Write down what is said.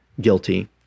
guilty